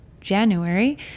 January